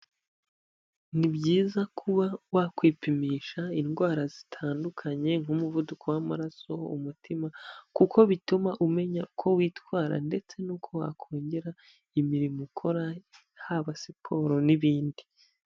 Ni byiza kuba wakwipimisha indwara zitandukanye nk'umuvuduko w'amaraso, umutima kuko bituma umenya uko witwara ndetse n'uko wakongera imirimo ukora, haba siporo n'ibindi.